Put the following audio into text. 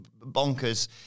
bonkers